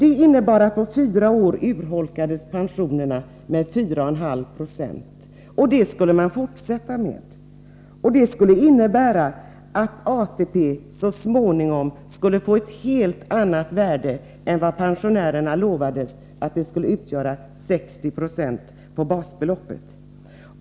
Det innebar att pensionerna på fyra år urholkades med 4,5 96. Så skulle det fortsätta, och det skulle innebära att ATP så småningom skulle få ett helt annat värde än vad pensionärerna hade lovats: 60 20 av basbeloppet.